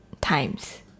times